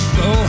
go